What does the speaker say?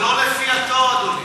זה לא לפי התור, אדוני.